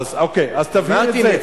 אוקיי, אז תבהיר את זה.